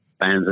fans